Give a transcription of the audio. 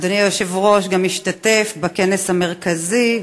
אדוני היושב-ראש גם השתתף בכנס המרכזי.